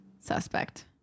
suspect